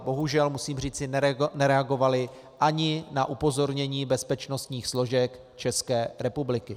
Bohužel musím říci, nereagovaly ani na upozornění bezpečnostních složek České republiky.